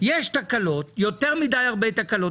יש הרבה יותר מדיי תקלות,